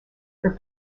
for